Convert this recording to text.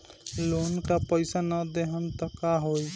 Loan का पैस न देहम त का होई?